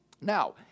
Now